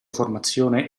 formazione